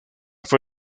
fue